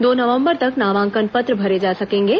दो नवंबर तक नामांकन पत्र भरे जा सकेंगे